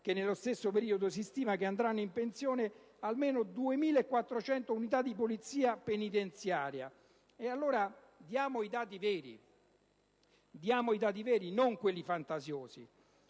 che nello stesso periodo si stima che andranno in pensione almeno 2.400 unità di polizia penitenziaria. Diamo allora i dati veri, non quelli fantasiosi.